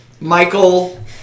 Michael